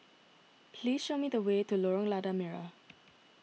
please show me the way to Lorong Lada Merah